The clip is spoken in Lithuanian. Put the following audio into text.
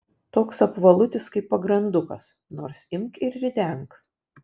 toks apvalutis kaip pagrandukas nors imk ir ridenk